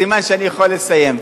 סימן שאני יכול לסיים.